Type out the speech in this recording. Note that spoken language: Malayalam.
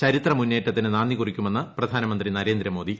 ചരിത്ര മുന്നേറ്റത്തിന് നാന്ദികുറിക്കുമെന്ന് പ്രധാനമന്ത്രി നരേന്ദ്രമോദി